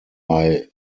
bei